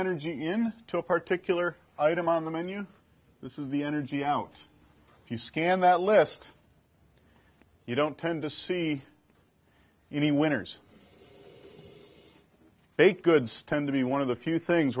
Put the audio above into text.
energy in took articular item on the menu this is the energy out if you scan that list you don't tend to see any winners baked goods tend to be one of the few things